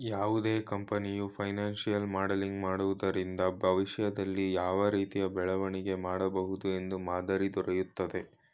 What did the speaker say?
ಯಾವುದೇ ಕಂಪನಿಯು financial modelling ಮಾಡೋದ್ರಿಂದ ಭವಿಷ್ಯದಲ್ಲಿ ಯಾವ ರೀತಿಯ ಬೆಳವಣಿಗೆ ಮಾಡಬಹುದು ಎಂಬ ಮಾದರಿ ದೊರೆಯುತ್ತದೆ